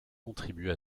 contribuent